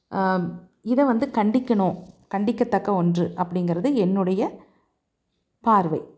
இதை வந்து கண்டிக்கணும் கண்டிக்கத்தக்க ஒன்று அப்படிங்கிறது என்னுடைய பார்வை